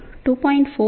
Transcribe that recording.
483 gigahertz 2